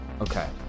Okay